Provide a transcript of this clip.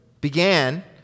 began